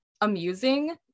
amusing